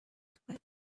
sweat